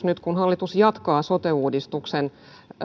nyt kun hallitus jatkaa sote uudistuksen